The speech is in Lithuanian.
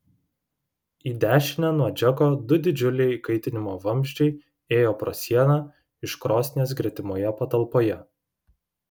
į dešinę nuo džeko du didžiuliai kaitinimo vamzdžiai ėjo pro sieną iš krosnies gretimoje patalpoje